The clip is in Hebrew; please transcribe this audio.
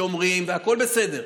שומרים והכול בסדר,